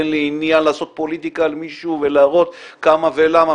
אין לי עניין לעשות פוליטיקה למישהו ולהראות כמה ולמה.